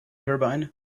turbine